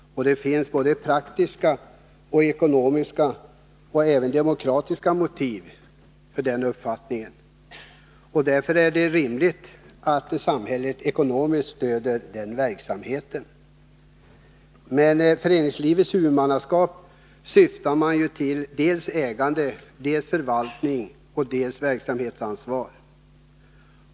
Det finns praktiska, ekonomiska och demokratiska motiv för den uppfattningen. Därför är det rimligt att samhället ekonomiskt stöder verksamheten. Med föreningslivets huvudmannaskap syftar man till dels ägandet, dels förvaltning och dels verksamhetsansvar.